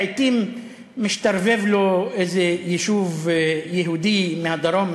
לעתים משתרבב לו איזה יישוב יהודי מהדרום,